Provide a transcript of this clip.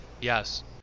Yes